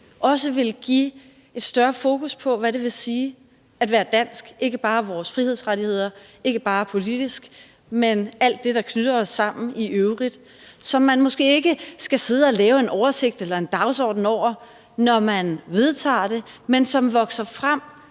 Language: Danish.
også vil give et større fokus på, hvad det vil sige at være dansk – ikke bare vores frihedsrettigheder, ikke bare politisk, men alt det, der knytter os sammen i øvrigt, og som man måske ikke skal sidde og lave en oversigt eller en dagsorden over, når man vedtager det, men som vokser frem